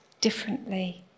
differently